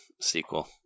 sequel